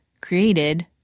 created